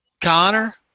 Connor